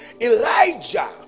Elijah